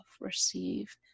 receive